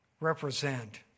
represent